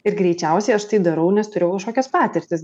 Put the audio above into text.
ir greičiausiai aš tai darau nes turėjau kažkokias patirtis